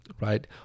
right